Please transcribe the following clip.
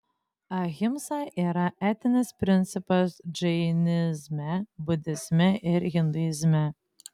ahimsa yra etinis principas džainizme budizme ir hinduizme